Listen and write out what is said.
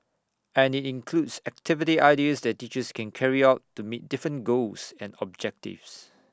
and includes activity ideas that teachers can carry out to meet different goals and objectives